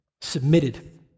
submitted